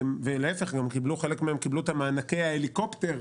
להפך, חלק מהם קיבלו את מענקי ההליקופטר,